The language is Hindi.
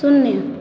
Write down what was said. शून्य